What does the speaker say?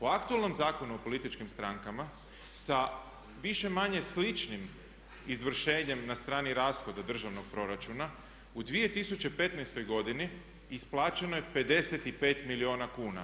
O aktualnom Zakonu o političkim strankama sa više-manje sličnim izvršenjem na strani rashoda državnog proračuna u 2015. godini isplaćeno je 55 milijuna kuna.